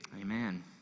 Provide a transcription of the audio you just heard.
amen